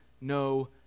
no